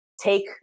take